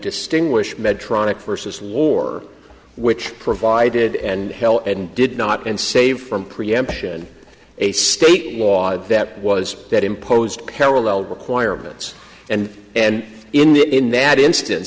distinguish medtronic first as war which provided and hell and did not and save from preemption a state law that was that imposed parallel requirements and and in that in that instance